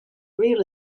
real